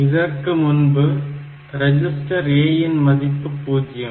இதற்கு முன்பு register A இன் மதிப்பு 0